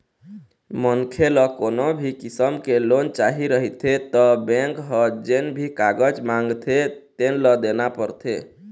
मनखे ल कोनो भी किसम के लोन चाही रहिथे त बेंक ह जेन भी कागज मांगथे तेन ल देना परथे